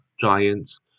giants